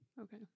Okay